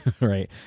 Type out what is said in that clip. right